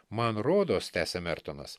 man rodos tęsė mertonas